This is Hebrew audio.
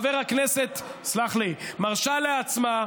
חבר הכנסת, סלח לי, ידידי.